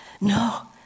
no